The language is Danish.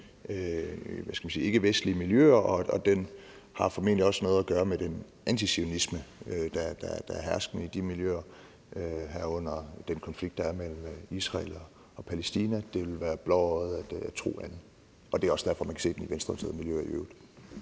ikkevestlige miljøer, og at den formentlig også har noget at gøre med den antizionisme, der er herskende i de miljøer, herunder den konflikt, der er mellem Israel og Palæstina. Det ville være blåøjet at tro andet. Det er også derfor, man kan se den i venstreorienterede miljøer i øvrigt.